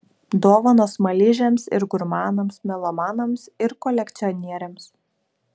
dovanos smaližiams ir gurmanams melomanams ir kolekcionieriams